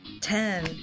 Ten